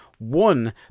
One